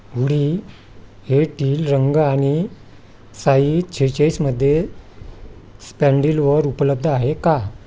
hoodie हे teal रंग आणि साई सेहेचाळीसमध्ये स्पॅनडीलवर उपलब्ध आहे का